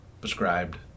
prescribed